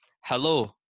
Hello